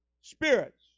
spirits